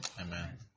Amen